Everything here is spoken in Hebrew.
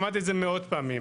שמעתי את זה מאות פעמים.